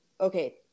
okay